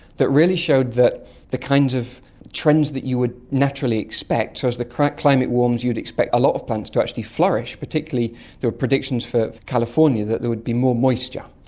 that really showed that the kinds of trends that you would naturally expect. as the climate climate warms you do expect a lot of plants to actually flourish, particularly there were predictions for california that there would be more moisture,